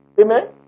Amen